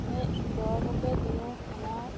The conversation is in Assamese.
সেই দৰবকে দিওঁ সানি